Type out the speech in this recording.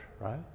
right